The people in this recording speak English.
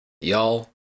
Y'all